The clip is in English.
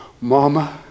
Mama